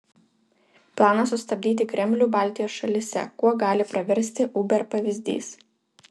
planas sustabdyti kremlių baltijos šalyse kuo gali praversti uber pavyzdys